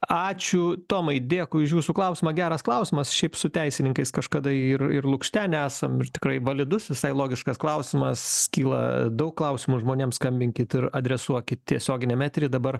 ačiū tomai dėkui už jūsų klausimą geras klausimas šiaip su teisininkais kažkada ir ir lukštenę esam ir tikrai validus visai logiškas klausimas kyla daug klausimų žmonėms skambinkit ir adresuokit tiesioginiam etery dabar